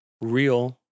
real